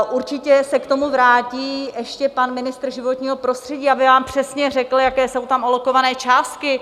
Určitě se k tomu vrátí ještě pan ministr životního prostředí, aby vám přesně řekl, jaké jsou tam alokované částky.